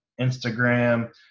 instagram